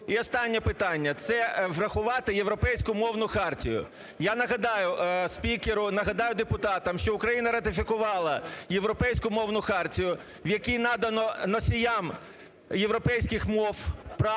І останнє питання, це врахувати Європейську мовну хартію. Я нагадаю спікеру, нагадаю депутатам, що Україна ратифікувала Європейську мовну хартію, в якій надано носіям європейських мов право